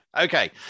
Okay